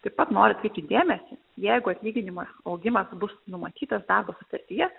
taip pat noriu atkreipti dėmesį jeigu atlyginimo augimas bus numatytas darbo sutartyje